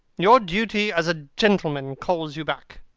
your duty as a gentleman calls you back.